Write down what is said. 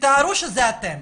תתארו שזה אתם.